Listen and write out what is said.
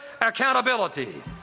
accountability